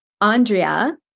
Andrea